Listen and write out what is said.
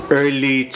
early